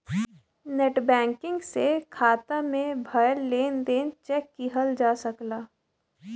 net banking से खाता में भयल लेन देन चेक किहल जा सकला